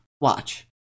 watch